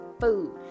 food